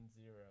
zero